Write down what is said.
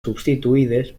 substituïdes